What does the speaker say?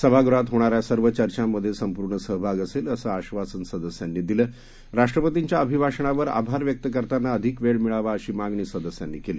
सभागृहातहोणाऱ्यासर्वचर्चांमध्येसंपूर्णसहभागअसेल असंआश्वासनसदस्यांनीदिलंराष्ट्रपतींच्याअभिभाषणावरआभारव्यक्तकरतानाअधिकवेळमिळावा अशीमागणीसदस्यांनीकेली